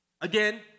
Again